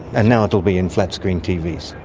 and now it will be in flatscreen tvs.